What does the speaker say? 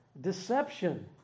deception